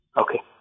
Okay